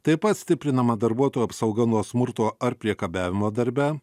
taip pat stiprinama darbuotojų apsauga nuo smurto ar priekabiavimo darbe